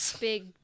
big